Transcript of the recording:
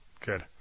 Good